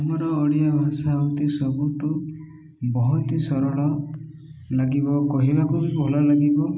ଆମର ଓଡ଼ିଆ ଭାଷା ହଉଛି ସବୁଠୁ ବହୁତ ସରଳ ଲାଗିବ କହିବାକୁ ବି ଭଲ ଲାଗିବ